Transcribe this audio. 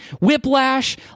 Whiplash